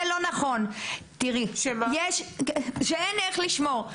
זה לא נכון שאין איך לשמור.